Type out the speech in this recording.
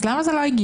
אז למה זה לא הגיע?